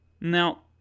Now